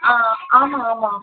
ஆ ஆமாம் ஆமாம்